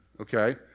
okay